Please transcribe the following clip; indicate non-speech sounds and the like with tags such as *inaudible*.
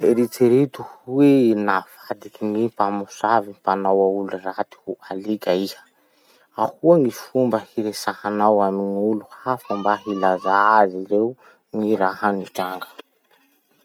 *noise* Eritsereto hoe navadikin'ny mpamosavy mpanao aoly raty ho alika iha. Ahoa ny fomba hiresahanao any gn'olo hafa *noise* mba hilazà azy ireo ny raha mitranga.